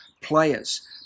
players